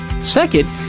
Second